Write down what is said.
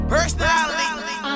Personality